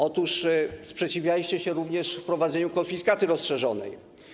Otóż sprzeciwialiście się również wprowadzeniu konfiskaty rozszerzonej.